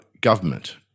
government